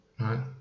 Right